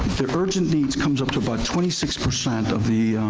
the urgent needs comes up to about twenty six percent of the.